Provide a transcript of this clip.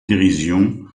dérision